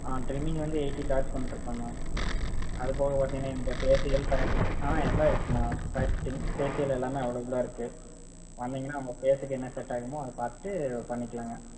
trimming வந்து eighty charge பண்ணிட்டு இருக்கோம்ண்ணா அதுபோக பார்த்திங்கனா இங்கே பேஷியல் பயர் கட்டிங் எல்லாம் இருக்குதுண்ணா பயர் கட்டிங் பேஷியல் எல்லாம் அவெலபிளா இருக்குது வந்திங்கனா உங்கள் ஃபேஸுக்கு என்ன செட் ஆகுமோ அதைப் பார்த்துட்டு பண்ணிக்கலாம்ங்க